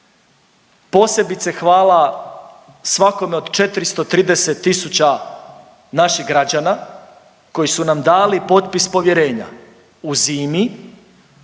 posebice hvala svakome od 430 tisuća naših građana koji su nam dali potpis povjerenja u zimi